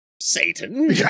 Satan